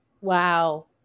wow